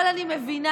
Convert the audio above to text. אבל אני מבינה.